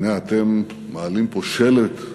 והנה אתם מעלים פה שלט זיכרון.